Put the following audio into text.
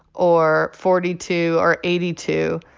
or forty two, or eighty two.